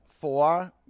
Four